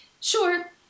Sure